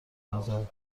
نظرت